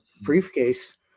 briefcase